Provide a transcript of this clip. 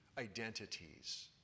identities